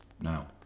now